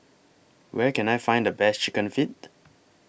Where Can I Find The Best Chicken Feet